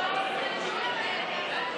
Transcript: התוצאות הן כדלקמן: בעד,